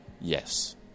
yes